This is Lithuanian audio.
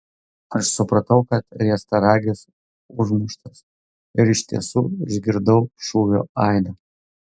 aš supratau kad riestaragis užmuštas ir iš tiesų išgirdau šūvio aidą